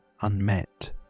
unmet